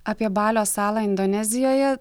apie balio salą indonezijoje